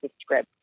script